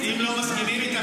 אם לא מסכימים איתך זה הסתה,